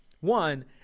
one